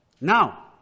Now